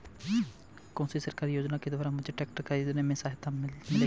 कौनसी सरकारी योजना के द्वारा मुझे ट्रैक्टर खरीदने में सहायता मिलेगी?